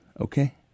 Okay